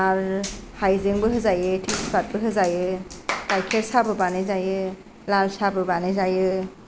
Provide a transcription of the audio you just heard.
आरो हाइजेंबो होजायो थेसफातबो होजायो गायखेर साहबो बानायजायो लाल साहबो बानाय जायो